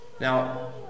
Now